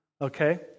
Okay